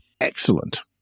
Excellent